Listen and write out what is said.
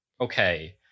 okay